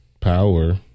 power